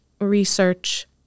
research